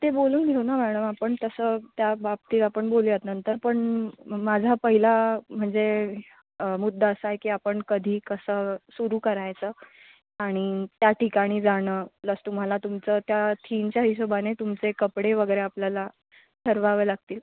ते बोलून घेऊ ना मॅडम आपण तसं त्या बाबतीत आपण बोलूयात नंतर पण म माझा पहिला म्हणजे मुद्दा असा आहे की आपण कधी कसं सुरू करायचं आणि त्या ठिकाणी जाणं प्लस तुम्हाला तुमचं त्या थीमच्या हिशोबाने तुमचे कपडे वगैरे आपल्याला ठरवावे लागतील